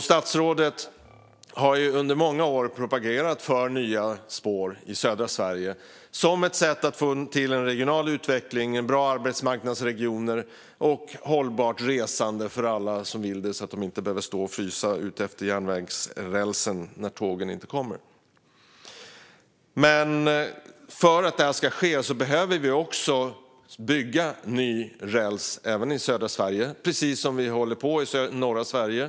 Statsrådet har under många år propagerat för nya spår i södra Sverige som ett sätt att få till en regional utveckling, en bra arbetsmarknadsregion och ett hållbart resande för alla som vill resa, så att de inte behöver stå och frysa utefter järnvägsrälsen när tågen inte kommer. För att detta ska ske behöver vi bygga ny räls även i södra Sverige, precis som sker i norra Sverige.